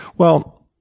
well,